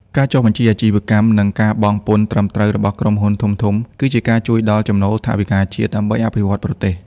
ការចុះបញ្ជីអាជីវកម្ម និងការបង់ពន្ធត្រឹមត្រូវរបស់ក្រុមហ៊ុនធំៗ គឺជាការជួយដល់ ចំណូលថវិកាជាតិ ដើម្បីអភិវឌ្ឍប្រទេស។